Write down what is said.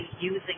using